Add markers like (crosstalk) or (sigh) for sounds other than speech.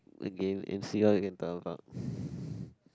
again and see what we can talk about (breath)